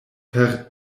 per